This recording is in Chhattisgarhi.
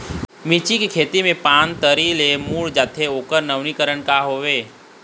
मिर्ची के खेती मा पान तरी से मुड़े जाथे ओकर नवीनीकरण का हवे?